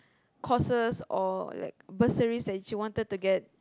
courses or like bursaries that you wanted to get